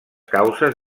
causes